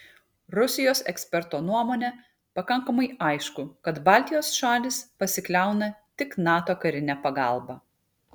rusijos eksperto nuomone pakankamai aišku kad baltijos šalys pasikliauna tik nato karine pagalba